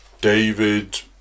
David